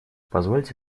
позвольте